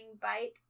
bite